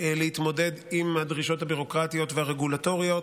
להתמודד עם הדרישות הביורוקרטיות והרגולטוריות,